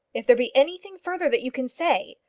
if there be anything further that you can say,